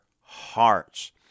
hearts